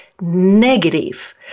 negative